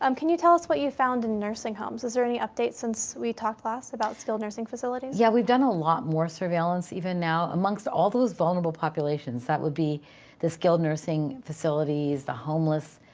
um can you tell us what you found in nursing homes? is there any updates since we talked last about skilled nursing facilities? yeah. we've done a lot more surveillance, even now amongst all those vulnerable populations, that would be the skilled nursing facilities, the homeless,